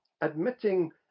admitting